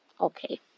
Okay